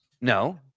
No